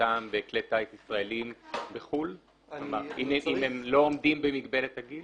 בעמדתם בכלי טיס ישראלים בחו"ל אם הם לא עומדים במגבלת הגיל?